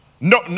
No